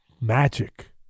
Magic